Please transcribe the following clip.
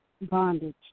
bondage